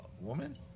woman